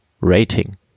Rating